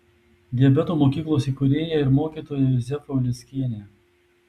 diabeto mokyklos įkūrėja ir mokytoja juzefa uleckienė